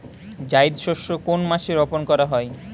জায়িদ শস্য কোন মাসে রোপণ করা হয়?